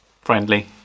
friendly